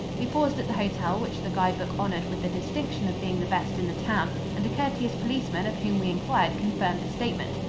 we paused at the hotel which the guide-book honored with the distinction of being the best in the town and a courteous policeman of whom we inquired confirmed the statement.